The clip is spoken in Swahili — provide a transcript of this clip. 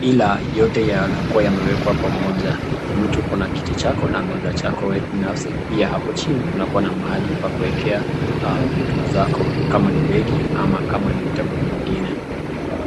ila yote yanakwa yamewekwa pamoja. Mtu Yuko na kiti chake na Meza yake binasfi, piia hapo chini kuna mahali pa kuwekea vitu zako kama begi ama vitu vingine.